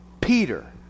Peter